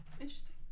Interesting